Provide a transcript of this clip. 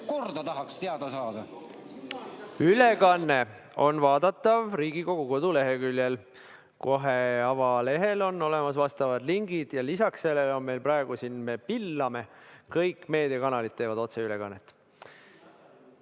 Korda tahaks teada saada. Ülekanne on vaadatav Riigikogu koduleheküljelt. Kohe avalehel on olemas vastavad lingid ja lisaks sellele me praegu pillame: kõik meediakanalid teevad otseülekannet.